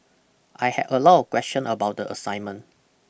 I had a lot of question about the assignment